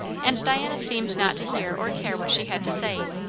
and diana seemed not to hear or care what she had to say!